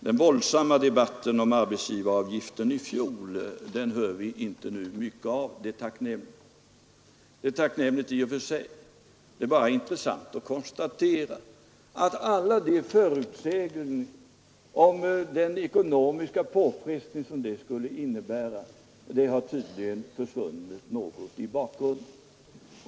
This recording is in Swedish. Den våldsamma debatt som ägde rum i fjol om arbetsgivaravgiften hör vi nu inte mycket av. Det är tacknämligt i och för sig. Det är bara intressant att konstatera att alla de förutsägelser om de ekonomiska påfrestningar den kunde innebära tydligen försvunnit något i bakgrunden.